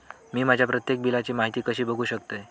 मी माझ्या प्रत्येक बिलची माहिती कशी बघू शकतय?